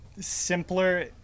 simpler